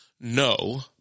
no